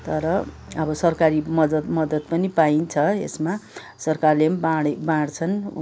तर अब सरकारी मद्दत मद्दत पनि पाइन्छ यसमा सरकारले पनि बाँडे बाँड्छन्